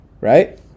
right